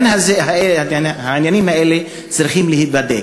העניינים האלה צריכים להיבדק.